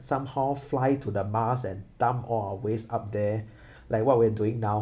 somehow fly to the mars and dumb all our waste up there like what we're doing now